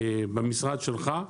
במשרד שלך,